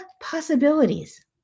possibilities